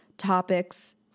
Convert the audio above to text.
Topics